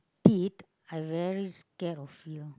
did I very scared of here